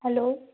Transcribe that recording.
hello